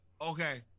Okay